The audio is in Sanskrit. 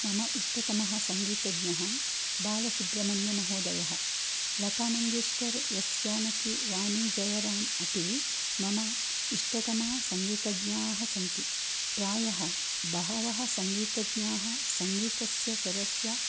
मम इष्टतमः सङ्गीतज्ञः बालसुब्रह्मण्यमहोदयः लता मङ्गेष्कर् एस् जानकी वाणी जयराम् अपि मम इष्टतमा सङ्गीतज्ञाः सन्ति प्रायः बहवः सङ्गीतज्ञाः सङ्गीतस्य स्वरस्य